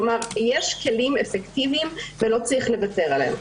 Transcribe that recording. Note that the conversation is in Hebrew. כלומר, יש כלים אפקטיביים ולא צריך לוותר עליהם.